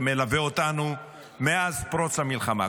זה מלווה אותנו מאז פרוץ המלחמה.